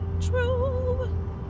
true